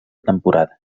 temporada